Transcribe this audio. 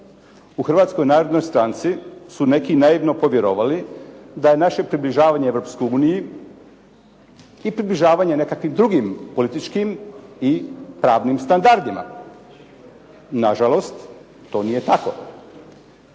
U Hrvatskoj stranci su neki naivno povjerovali da je naše približavanje Europskoj uniji i približavanje nekakvim drugim političkim i pravnim standardima. Na žalost to nije tako.